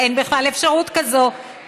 אין בכלל אפשרות כזאת,